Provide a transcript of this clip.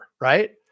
right